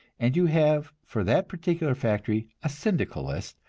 and you have for that particular factory a syndicalist,